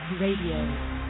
RADIO